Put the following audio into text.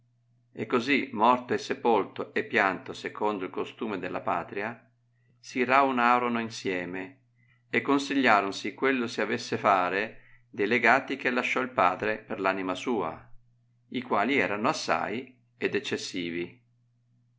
e cosi morto e sepolto e pianto secondo il costume della patria si raunarono insieme e consigliaronsi quello si avesse fare dei legati che lasciò il padre per l'anima sua i quali erano assai ed eccessivi